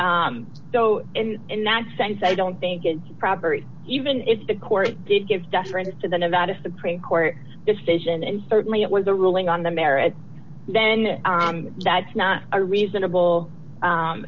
so in that sense i don't think it's proper even if the court did give deference to the nevada supreme court decision and certainly it was a ruling on the merits then that's not a reasonable